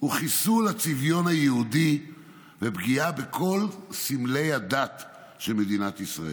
הוא חיסול הצביון היהודי ופגיעה בכל סמלי הדת של מדינת ישראל.